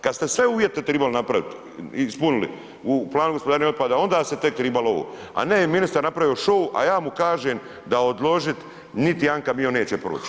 Kad ste sve uvjete tribali napraviti, ispunili u planu gospodarenja otpada onda se tek tribalo ovo, a ne ministar je napravio shou, a ja mu kažem da odložit niti jedan kamion neće proći.